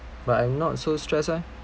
but I'm not so stress leh